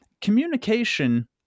communication